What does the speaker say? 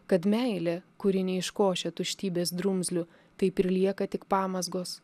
kad meilė kuri neiškošia tuštybės drumzlių taip ir lieka tik pamazgos